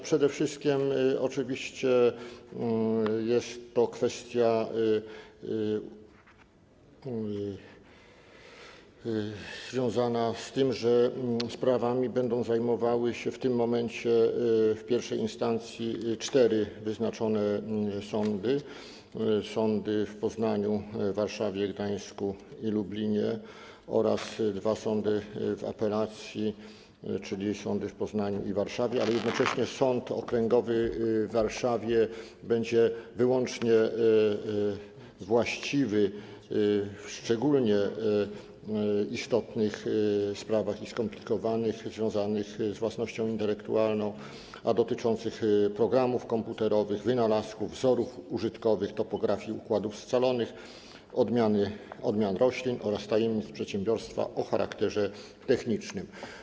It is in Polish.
Przede wszystkim oczywiście jest to kwestia związana z tym, że sprawami będą zajmowały się w tym momencie w pierwszej instancji cztery wyznaczone sądy, sądy w Poznaniu, Warszawie, Gdańsku i Lublinie, oraz dwa sądy w apelacji, czyli sądy w Poznaniu i Warszawie, ale jednocześnie Sąd Okręgowy w Warszawie będzie wyłącznie właściwy w sprawach szczególnie istotnych i skomplikowanych, związanych z własnością intelektualną, a dotyczących programów komputerowych, wynalazków, wzorów użytkowych, topografii układów scalonych, odmian roślin oraz tajemnic przedsiębiorstwa o charakterze technicznym.